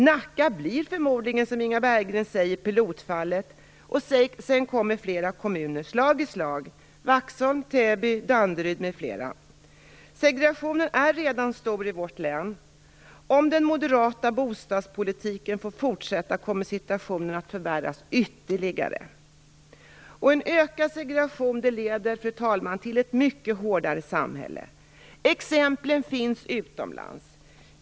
Nacka blir förmodligen pilotfallet, som Inga Berggren säger, och sedan kommer flera kommuner slag i slag - Vaxholm, Täby, Danderyd m.fl. Segregationen är redan stor i vårt län. Om den moderata bostadspolitiken får fortsätta kommer situationen att förvärras ytterligare. En ökad segregation, fru talman, leder till ett mycket hårdare samhälle. Exempel finns utomlands.